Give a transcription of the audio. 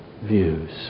views